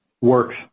works